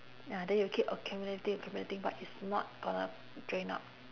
ya then it will get accumulating accumulating but it's not gonna drain out